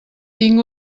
tinc